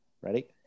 Ready